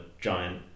giant